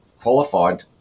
qualified